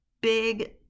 big